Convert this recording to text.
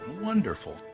wonderful